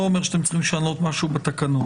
זה לא אומר שאתם צריכים לשנות משהו בתקנות,